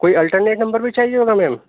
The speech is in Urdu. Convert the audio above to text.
کوئی الٹرنیٹ نمبر بھی چاہیے ہوگا میم